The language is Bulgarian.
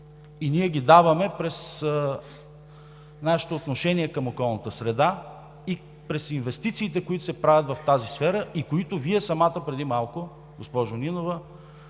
и ние ги даваме през нашето отношение към околната среда и през инвестициите, които се правят в тази сфера и които Вие самата преди малко, госпожо Нинова,